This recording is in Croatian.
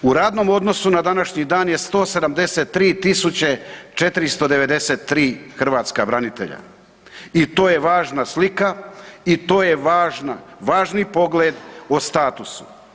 U radnom odnosu na današnji dan je 173493 hrvatska branitelja i to je važna slika i to je važni pogled o statusu.